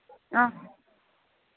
हां